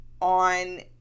on